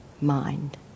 mind